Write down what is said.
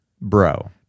bro